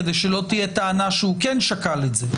כדי שלא תהיה טענה שהוא כן שקל את זה,